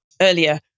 earlier